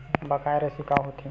बकाया राशि का होथे?